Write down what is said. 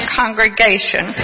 congregation